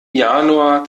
januar